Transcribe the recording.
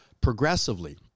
progressively